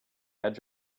edge